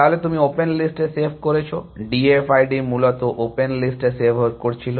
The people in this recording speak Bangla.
তাহলে তুমি ওপেন লিস্টে সেভ করেছো D F I D মূলত ওপেন লিস্টে সেভ করছিল